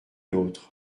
l’autre